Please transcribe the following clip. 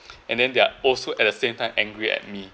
and then there're also at the same time angry at me